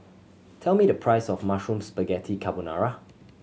tell me the price of Mushroom Spaghetti Carbonara